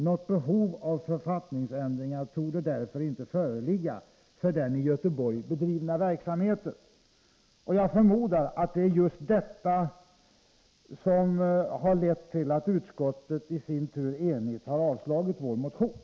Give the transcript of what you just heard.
Något behov av författningsändringar torde därför inte föreligga för den i Göteborg bedrivna verksamheten.” Jag förmodar att det är just detta som har lett till att utskottet i sin tur enigt har avstyrkt vår motion.